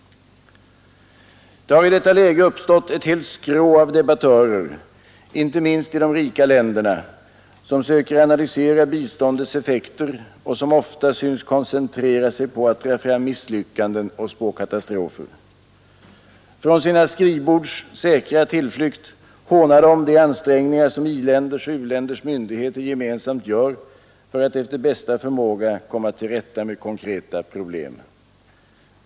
Det har i detta läge uppstått ett helt skrå av debattörer, inte minst i de rika länderna, som söker analysera biståndets effekter och som ofta synes koncentrera sig på att dra fram misslyckanden och spå katastrofer. Från sina skrivbords säkra tillflykt hånar de ansträngningarna som u-länders och i-länders myndigheter gemensamt gör för att efter bästa förmåga komma till rätta med konkreta problem.